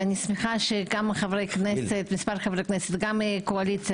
אני שמחה שגם מספר חברי כנסת מהקואליציה